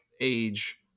age